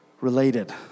related